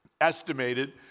estimated